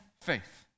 faith